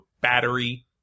battery